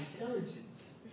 intelligence